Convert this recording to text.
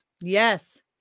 Yes